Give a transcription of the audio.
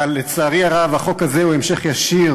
אבל לצערי הרב החוק הזה הוא המשך ישיר